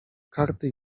karty